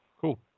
Cool